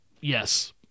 Yes